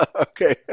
Okay